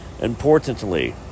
Importantly